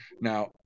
Now